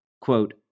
Quote